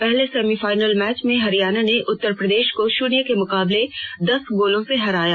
पहले semifinal match में हरियाणा ने उत्तर प्रदेश को शुन्य के मुकाबले दस गोलों से हराया